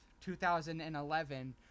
2011